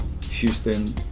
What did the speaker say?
Houston